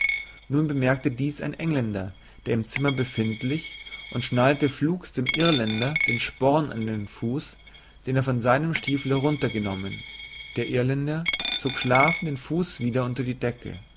nun bemerkte dies ein engländer der im zimmer befindlich und schnallte flugs dem irländer den sporn an den fuß den er von seinem stiefel heruntergenommen der irländer zog schlafend den fuß wieder unter die decke